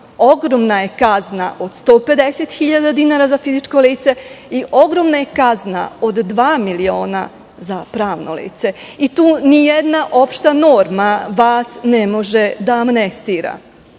Ogromna je kazna od 150.000 dinara za fizičko lice i ogromna je kazna od 2.000.000 za pravna lica. Tu nijedna opšta norma vas ne može da amnestira